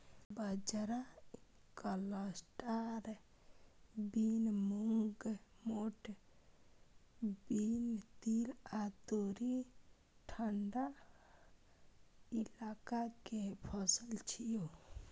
बाजरा, cluster bean, मूंग, मोठ बीन, तिल आ तोरी ठंढा इलाका के फसल छियै